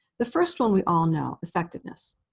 the first one we all know effectiveness.